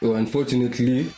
unfortunately